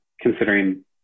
considering